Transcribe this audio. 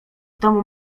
domu